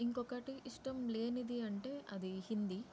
ఇంకొకటి ఇష్టం లేనిది అంటే అది హిందీ